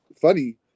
funny